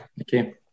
Okay